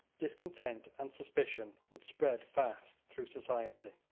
discontent and suspicion would spread fast through society.